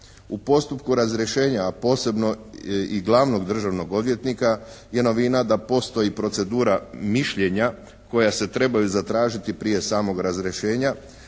U postupku razrješenja a posebno i glavnog državnog odvjetnika je novina da postoji procedura mišljenja koja se trebaju zatražiti prije samog razrješenja